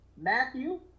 Matthew